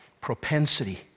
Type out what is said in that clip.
propensity